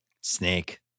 Snake